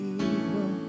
evil